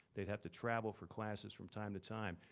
they'd have to travel for classes from time to time.